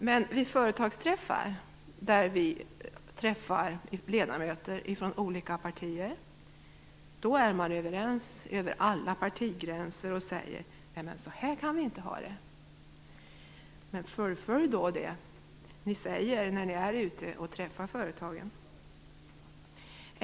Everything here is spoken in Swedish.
Men vid företagsträffar, där vi träffar ledamöter från olika partier, är man överens över alla partigränser och säger att vi inte kan ha det så. Fullfölj det ni säger när ni är ute och träffar företagarna!